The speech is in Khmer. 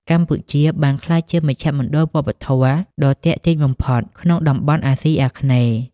កម្ពុជាបានក្លាយជាមជ្ឈមណ្ឌលវប្បធម៌ដ៏ទាក់ទាញបំផុតក្នុងតំបន់អាស៊ីអាគ្នេយ៍។